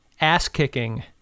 ass-kicking